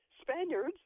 Spaniards